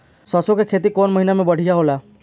सरसों के खेती कौन महीना में बढ़िया होला?